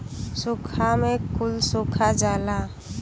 सूखा में कुल सुखा जाला